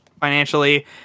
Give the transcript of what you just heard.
financially